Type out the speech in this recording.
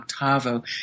octavo